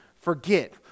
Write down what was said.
forget